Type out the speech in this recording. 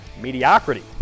mediocrity